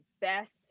best